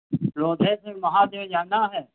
लोधेसर महादेव जाना है